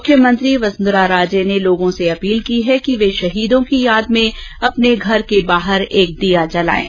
मुख्यमंत्री वसुंधरा राजे ने लोगों से अपील की है कि वे शहीदों की याद में अपने घर के बाहर एक दिया जलाएं